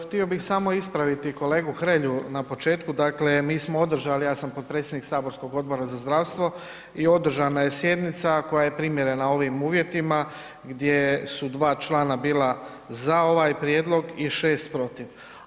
Htio bih samo ispraviti kolegu Hrelju na početku, dakle mi smo održali, ja sam potpredsjednik Saborskog odbora za zdravstvo i održana je sjednica koja je primjerena ovim uvjetima gdje su 2 člana bila za ovaj prijedlog i 6 protiv.